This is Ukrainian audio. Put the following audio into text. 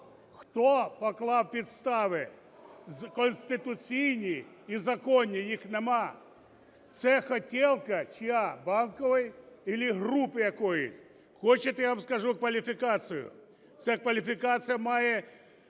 Хто поклав підстави конституційні і законні? Їх нема. Це хотєлка чия: Банкової чи групи якоїсь? Хочете, я вам скажу кваліфікацію? Ця кваліфікація має